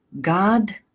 god